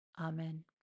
Amen